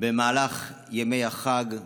במהלך ימי החג,